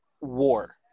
war